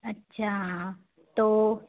अच्छा तो